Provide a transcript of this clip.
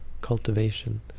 cultivation